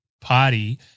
party